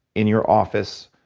in your office?